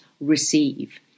receive